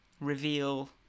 reveal